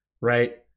right